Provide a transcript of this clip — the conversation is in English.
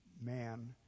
man